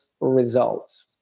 results